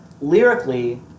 lyrically